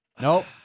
Nope